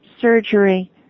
surgery